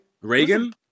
Reagan